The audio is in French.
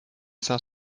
cent